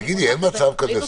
תגידי, אין מצב כזה,